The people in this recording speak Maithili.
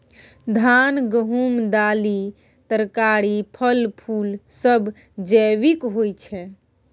धान, गहूम, दालि, तरकारी, फल, फुल सब जैविक होई छै